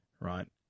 right